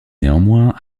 néanmoins